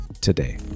today